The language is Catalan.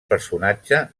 personatge